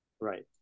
right